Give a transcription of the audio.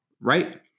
right